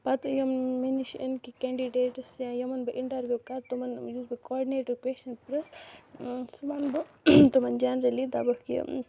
پَتہٕ یِم مےٚ نِش یِن کہِ کینڈِڈیٹس یا یِمن بہٕ اِنٹرویو کرٕ تِمَن یُس بہٕ کاڈِنیٹر کوسچن پرٛژھہٕ سُہ وَنہٕ بہٕ تِمَن جنرٔلی دَپَکھ کہِ